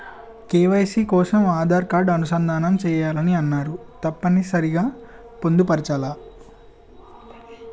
KYC కోసం Aadhaar card అనుసంధానం చేయాలని అన్నరు తప్పని సరి పొందుపరచాలా?